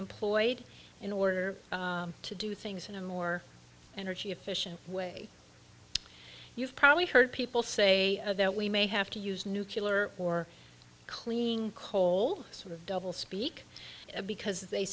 employed in order to do things in a more energy efficient way you've probably heard people say that we may have to use nucular for cleaning coal sort of double speak because they